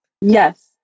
Yes